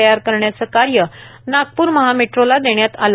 तयार करण्याचे कार्य नागप्र महा मेट्रोला देण्यात आले